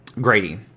Grady